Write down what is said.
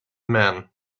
man